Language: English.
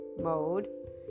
mode